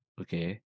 okay